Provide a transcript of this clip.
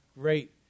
Great